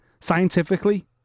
scientifically